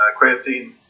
creatine